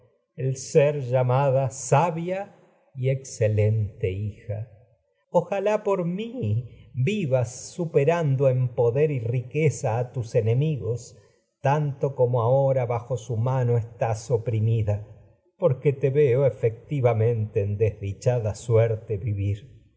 el ser su llamada y excelente y hija a ojalá por mí vivas perando ahora en poder su en riqueza tus enemigos tanto como bajo mano estás oprimida porque te veo suerte